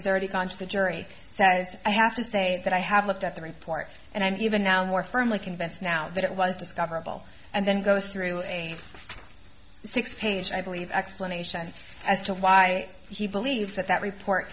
already gone to the jury says i have to say that i have looked at the report and i'm even now more firmly convinced now that it was discovered bill and then goes through a six page i believe explanation as to why he believes that that report